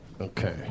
Okay